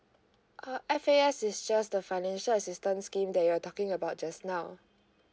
uh F_A_S is just the financial assistance scheme that you're talking about just now